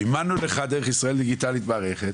מימנו לך דרך ישראל דיגיטלית מערכת,